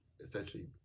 essentially